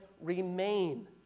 remain